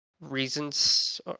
reasons